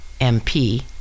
MP